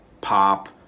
pop